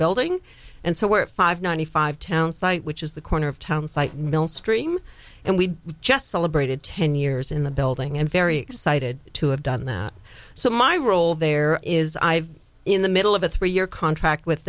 building and so we're five ninety five town site which is the corner of town site mill stream and we just celebrated ten years in the building and very excited to have done that so my role there is in the middle of a three year contract with